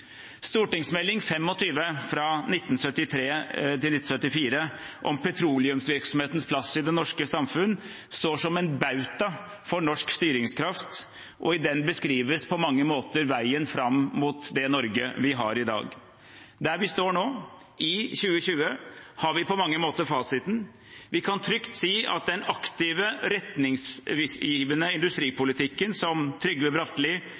om petroleumsvirksomhetens plass i det norske samfunn står som en bauta for norsk styringskraft, og i den beskrives på mange måter veien fram mot det Norge vi har i dag. Der vi står nå, i 2020, har vi på mange måter fasiten. Vi kan trygt si at den aktive, retningsgivende industripolitikken som Trygve